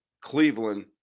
Cleveland